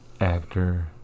actor